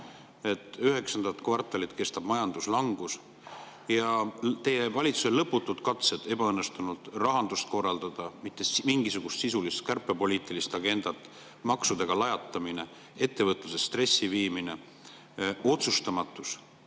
kvartalit kestab majanduslangus, teie valitsuse lõputud ebaõnnestunud katsed rahandust [korrastada], mitte mingisugust sisulist kärpepoliitilist agendat, maksudega lajatamine, ettevõtluse stressi viimine, otsustamatus